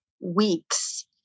weeks